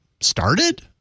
started